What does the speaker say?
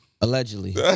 Allegedly